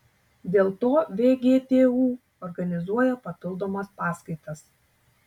dėl to vgtu organizuoja papildomas paskaitas